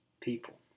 people